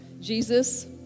Jesus